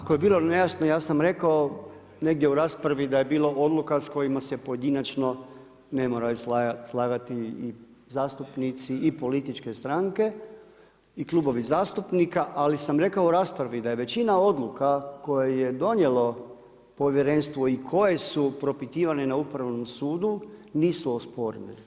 Ako je bilo nejasno, ja sam rekao negdje u raspravi da je bilo odluka s kojima se pojedinačno ne moraju slagati i zastupnici i političke strane i klubovi zastupnika ali sam rekao u raspravi da je većina odluka koje je donijelo povjerenstvo i koje su propitivane na Upravnom sudu, nisu osporene.